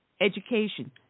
education